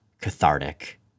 cathartic